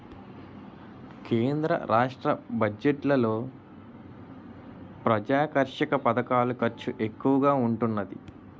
కేంద్ర రాష్ట్ర బడ్జెట్లలో ప్రజాకర్షక పధకాల ఖర్చు ఎక్కువగా ఉంటున్నాది